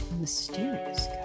mysterious